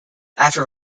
after